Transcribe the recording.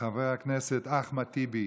חבר הכנסת אחמד טיבי,